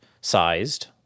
sized